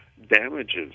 Damages